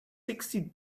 sixty